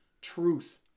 Truth